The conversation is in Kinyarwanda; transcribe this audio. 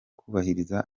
kubahiriza